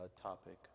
topic